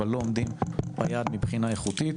אך לא עומדים ביעד מבחינה איכותית.